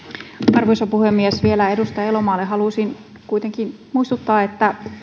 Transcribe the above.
arvoisa puhemies vielä edustaja elomaalle halusin muistuttaa että